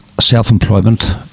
self-employment